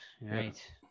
right